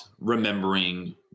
remembering